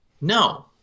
No